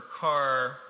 car